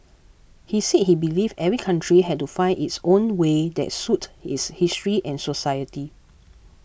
he said he believed every country had to find its own way that suited its history and society